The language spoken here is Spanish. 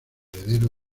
heredero